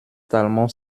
talmont